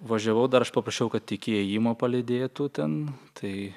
važiavau dar aš paprašiau kad iki įėjimo palydėtų ten tai